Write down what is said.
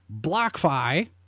BlockFi